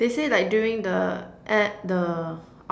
they say like during the an~ the